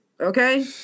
Okay